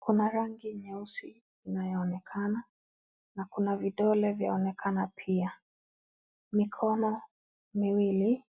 Kuna rangi nyeusi inayoonekana na kuna vidole vyaonekana pia. Mikono miwili